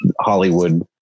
Hollywood